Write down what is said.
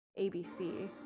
abc